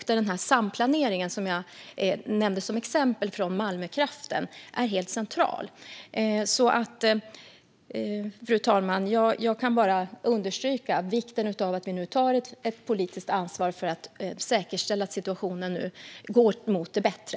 Den samplanering som jag nämnde med exempel från Malmökraften är helt central. Fru talman! Jag kan bara understryka vikten av att vi nu tar ett politiskt ansvar för att säkerställa att situationen går mot det bättre.